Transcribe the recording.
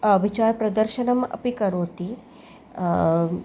विचारप्रदर्शनम् अपि करोति